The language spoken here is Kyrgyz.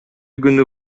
күнү